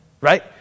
right